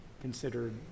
considered